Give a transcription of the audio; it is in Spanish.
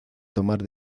tomar